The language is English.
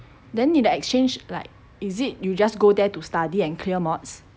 then 你的 exchange like is it you just go there to study and clear mods